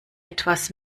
etwas